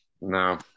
No